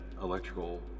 electrical